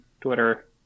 Twitter